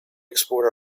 export